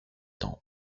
tempes